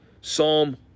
Psalm